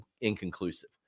inconclusive